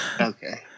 Okay